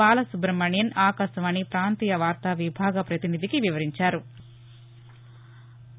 బాలసుబ్రమణియన్ ఆకాశవాణి ప్రాంతీయ వార్తా విభాగ పతినిధికి వివరించారు